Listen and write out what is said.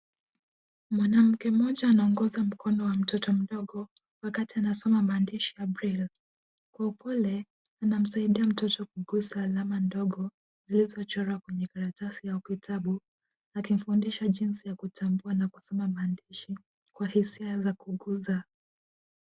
Mwanamke mmoja anaongoza mkono wa mtoto mdogo, wakati anasoma maandishi ya braille . Kwa upole, anamsaidia mtoto kuguza alama ndogo, zilizochorwa kwenye karatasi, au kitabu, akimfundisha jinsi ya kutambua na kusoma maandishi, kwa hisia za kuguza.